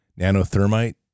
nanothermite